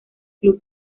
club